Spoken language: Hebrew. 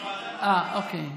אוקיי.